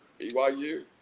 BYU